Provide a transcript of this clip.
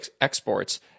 exports